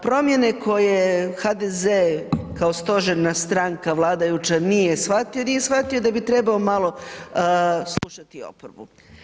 Promjene koje HDZ kao stožerna stranka vladajuća nije shvatio jer nije shvatio da bi trebao malo slušati oporbu.